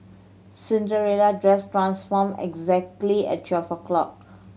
Cinderella dress transformed exactly at twelve o'clock